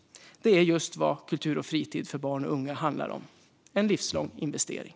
Det är just vad kultur och fritid för barn och unga handlar om: en livslång investering.